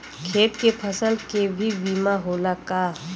खेत के फसल के भी बीमा होला का?